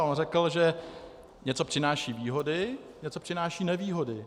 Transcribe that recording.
On řekl, že něco přináší výhody, něco přináší nevýhody.